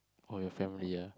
or you family ya